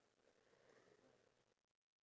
ya true